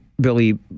Billy